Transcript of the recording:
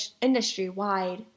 industry-wide